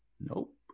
Nope